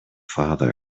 father